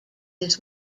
his